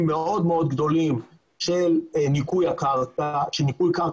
מאוד מאוד גדולים שנדרשים לניקוי קרקע